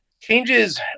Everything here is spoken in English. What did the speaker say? Changes